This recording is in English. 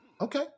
okay